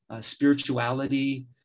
spirituality